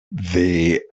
the